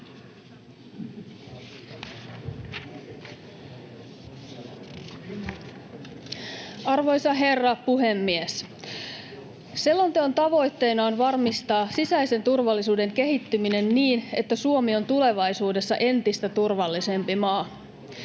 Arvoisa herra puhemies! Selonteon tavoitteena on varmistaa sisäisen turvallisuuden kehittyminen niin, että Suomi on tulevaisuudessa entistä turvallisempi maa.